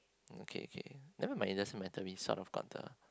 okay okay never mind it doesn't matter we sort of got the